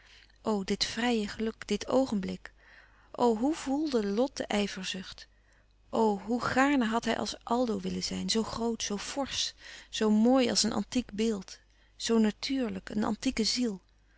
dit vrije geluk dit oogenblik o hoe voelde lot de ijverzucht o hoe gaarne had hij als aldo willen zijn zoo groot zoo forsch zoo mooi als een antiek beeld zoo natuurlijk een antieke ziel